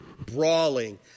brawling